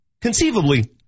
conceivably